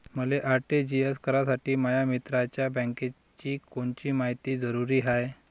मले आर.टी.जी.एस करासाठी माया मित्राच्या बँकेची कोनची मायती जरुरी हाय?